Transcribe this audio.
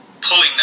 pulling